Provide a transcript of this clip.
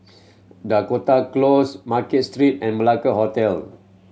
Dakota Close Market Street and Malacca Hotel